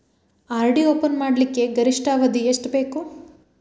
RD open ಮಾಡಲಿಕ್ಕ ಗರಿಷ್ಠ ಅವಧಿ ಎಷ್ಟ ಬೇಕು?